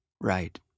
Right